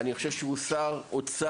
אני חושב שהוא שר אוצר,